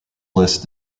list